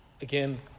Again